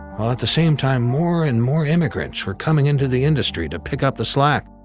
while at the same time, more and more immigrants were coming into the industry to pick up the slack.